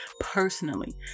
personally